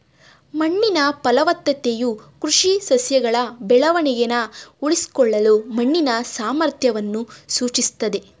ಮಣ್ಣಿನ ಫಲವತ್ತತೆಯು ಕೃಷಿ ಸಸ್ಯಗಳ ಬೆಳವಣಿಗೆನ ಉಳಿಸ್ಕೊಳ್ಳಲು ಮಣ್ಣಿನ ಸಾಮರ್ಥ್ಯವನ್ನು ಸೂಚಿಸ್ತದೆ